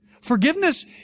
Forgiveness